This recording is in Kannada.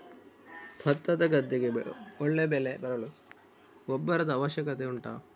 ಭತ್ತದ ಗದ್ದೆಗೆ ಒಳ್ಳೆ ಬೆಳೆ ಬರಲು ಗೊಬ್ಬರದ ಅವಶ್ಯಕತೆ ಉಂಟಾ